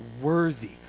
worthy